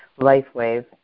LifeWave